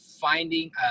finding